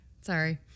Sorry